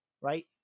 right